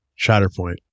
Shatterpoint